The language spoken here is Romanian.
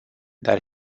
dar